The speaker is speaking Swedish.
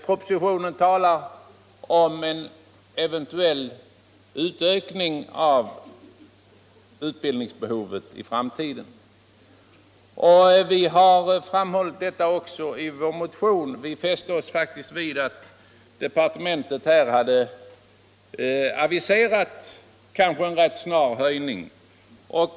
Propositionen talar om en eventuell ökning av utbildningsbehovet i framtiden. Vi har också uppmärksammat detta propositionens förslag i vår motion. Vi fäste oss faktiskt vid att departementet hade aviserat en rätt snar ökning.